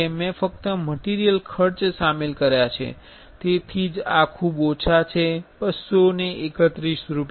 મેં ફક્ત મટીરિયલ ખર્ચ શામેલ કર્યા છે તેથી જ આ ખૂબ ઓછા છે 231 રૂપિયા